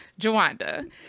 Jawanda